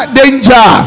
danger